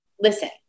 listen